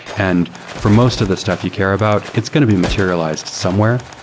and for most of the stuff you care about, it's going to be materialized somewhere.